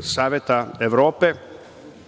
Saveta Evrope